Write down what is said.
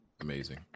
Amazing